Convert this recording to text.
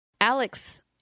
Alex